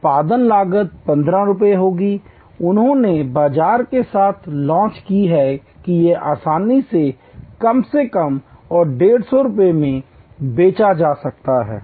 उत्पादन लागत 15 रुपये होगी और उन्होंने बाजार के साथ जांच की कि यह आसानी से कम से कम और 150 रुपये में बेचा जा सकता है